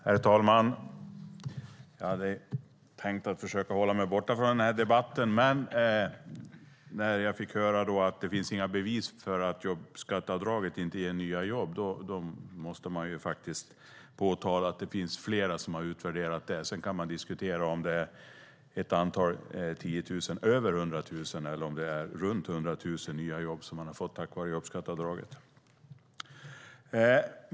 Herr talman! Jag hade tänkt försöka hålla mig borta från den här debatten, men när jag fick höra att det inte finns några bevis för att jobbskatteavdraget ger nya jobb måste jag faktiskt påtala att det finns flera som har utvärderat det. Sedan kan man diskutera om det är ett antal tio tusen över hundra tusen eller om det är runt hundra tusen nya jobb man har fått tack vare jobbskatteavdraget.